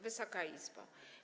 Wysoka Izbo!